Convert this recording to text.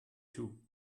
two